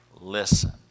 listen